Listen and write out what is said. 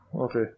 Okay